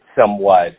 somewhat